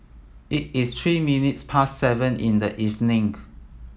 it is three minutes past seven in the evening